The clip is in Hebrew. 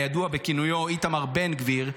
הידוע בכינויו איתמר בן גביר,